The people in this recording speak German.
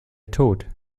tot